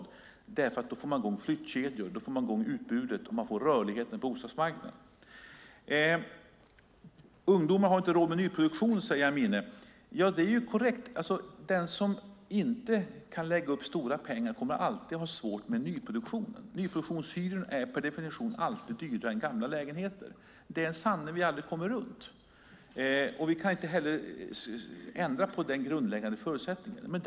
Det beror på att man får i gång flyttkedjor, utbudet och rörligheten på bostadsmarknaden. Ungdomar har inte råd med nyproduktion, säger Amineh. Det är korrekt. Den som inte kan lägga upp stora pengar kommer alltid att ha svårt med nyproduktionen. Nyproduktionshyrorna är per definition alltid dyrare än hyrorna för gamla lägenheter. Det är en sanning vi aldrig kommer runt. Vi kan inte heller ändra på den grundläggande förutsättningen.